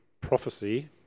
prophecy